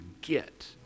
get